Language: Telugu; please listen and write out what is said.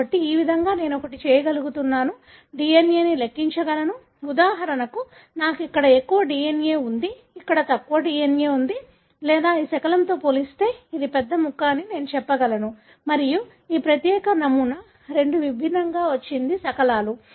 కాబట్టి ఈ విధంగా నేను ఒకటి చేయగలుగుతున్నాను DNA ని లెక్కించగలను ఉదాహరణకు నాకు ఇక్కడ ఎక్కువ DNA ఉంది ఇక్కడ తక్కువ DNA ఉంది లేదా ఈ శకలంతో పోలిస్తే ఇది పెద్ద ముక్క అని నేను చెప్పగలను మరియు ఈ ప్రత్యేక నమూనా రెండు విభిన్నంగా వచ్చింది శకలాలు